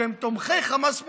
שהם תומכי חמאס מוצהרים,